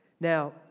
Now